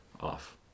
off